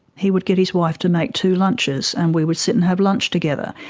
he would get his wife to make two lunches and we would sit and have lunch together.